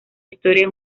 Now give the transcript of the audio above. historia